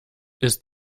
ist